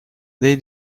they